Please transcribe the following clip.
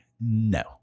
No